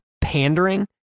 pandering